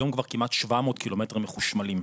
היום כבר כמעט 700 קילומטרים מחושמלים.